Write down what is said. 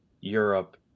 Europe